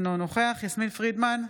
אינו נוכח יסמין פרידמן,